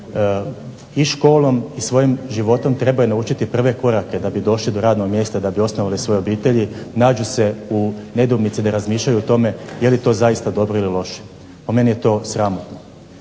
i školom i svojim životom trebaju naučiti prve korake da bi došli do radnog mjesta, da bi osnovali svoje obitelji, nađu se u nedoumici da razmišljaju o tome je li to zaista dobro ili loše. Po meni je to sramotno.